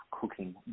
cooking